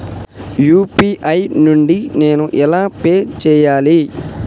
UPI నుండి నేను ఎలా పే చెయ్యాలి?